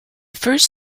first